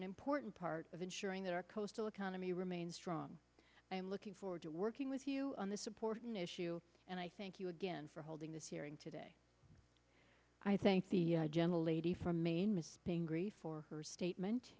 an important part of ensuring that our coastal economy remains strong i am looking forward to working with you on this important issue and i thank you again for holding this hearing today i thank the general lady from maine mr pingree for her statement